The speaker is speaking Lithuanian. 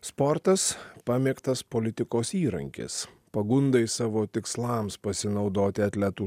sportas pamėgtas politikos įrankis pagundai savo tikslams pasinaudoti atletų